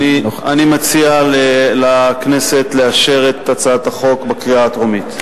אז אני מציע לכנסת לאשר את הצעת החוק בקריאה טרומית.